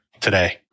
today